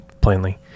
plainly